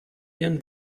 ihren